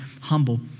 humble